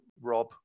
Rob